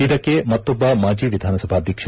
ಇದಕ್ಕೆ ಮತ್ತೊಬ್ಬ ಮಾಜಿ ವಿಧಾನಸಭಾದ್ಯಕ್ಷ